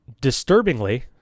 disturbingly